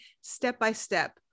step-by-step